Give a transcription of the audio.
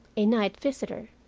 a night visitor.